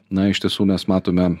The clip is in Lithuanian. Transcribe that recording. na iš tiesų mes matome